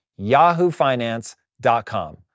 yahoofinance.com